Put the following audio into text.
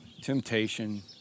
temptation